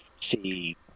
see